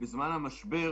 אנחנו business to costumer.